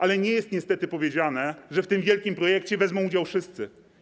Ale nie jest niestety powiedziane, że w tym wielkim projekcie wezmą udział wszyscy.